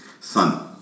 son